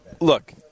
look